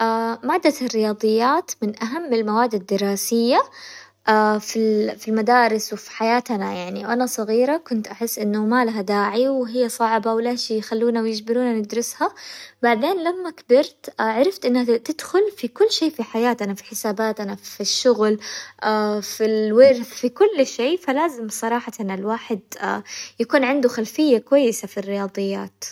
مادة الرياضيات من اهم المواد الدراسية في المدارس وفي حياتنا، يعني وانا صغيرة كنت احس انه ما لها داعي وهي صعبة ولا شي يخلونا ويجبرونا ندرسها، بعدين لما كبرت عرفت انها تدخل في كل شي في حياتنا، في حساباتنا، في الشغل، في الورث، في كل شيء، فلازم صراحة الواحد يكون عنده خلفية كويسة في الرياضيات.